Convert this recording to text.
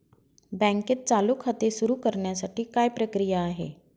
बँकेत चालू खाते सुरु करण्यासाठी काय प्रक्रिया आहे?